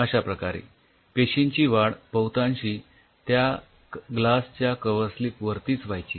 अश्या प्रकारे पेशींची वाढ बहुतांशी त्या ग्लासच्या कव्हरस्लीप वरतीच व्हायची